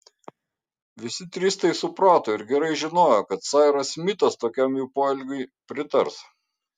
visi trys tai suprato ir gerai žinojo kad sairas smitas tokiam jų poelgiui pritars